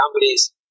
companies